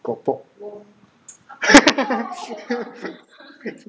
got pork